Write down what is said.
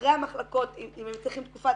שאחרי המחלקות אם הם צריכים תקופה,